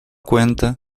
cuenta